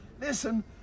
Listen